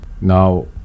Now